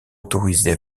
autorisée